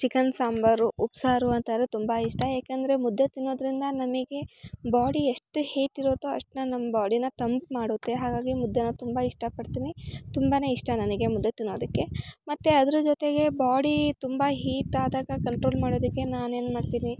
chicken sambar ಉಪ್ಸಾರು ಅಂತಾರು ತುಂಬ ಇಷ್ಟ ಏಕೆಂದರೆ ಮುದ್ದೆ ತಿನ್ನೋದರಿಂದ ನಮಗೆ ಬಾಡಿ ಎಷ್ಟು ಹೀಟ್ ಇರುತ್ತೋ ಅಷ್ಟನ್ನ ನಮ್ಮ ಬಾಡಿನ ತಂಪು ಮಾಡುತ್ತೆ ಹಾಗಾಗಿ ಮುದ್ದೆ ತುಂಬ ಇಷ್ಟ ಪಡ್ತಿನಿ ತುಂಬಾ ಇಷ್ಟ ನನಗೆ ಮುದ್ದೆ ತಿನ್ನೋದಕ್ಕೆ ಮತ್ತು ಅದ್ರ ಜೊತೆಗೆ ಬಾಡಿ ತುಂಬ ಹೀಟ್ ಆದಾಗ ಕಂಟ್ರೋಲ್ ಮಾಡೊದಕ್ಕೆ ನಾನೇನು ಮಾಡ್ತಿನಿ